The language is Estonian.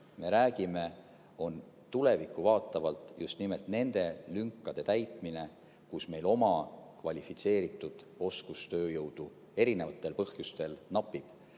me räägime, on tulevikku vaatavalt just nimelt nende lünkade täitmine, kus meil oma kvalifitseeritud oskustööjõudu erinevatel põhjustel napib.